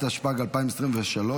התשפ"ג 2023,